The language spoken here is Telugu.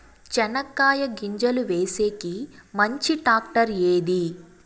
చెనక్కాయ గింజలు వేసేకి మంచి టాక్టర్ ఏది?